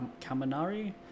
Kaminari